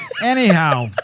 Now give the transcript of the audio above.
Anyhow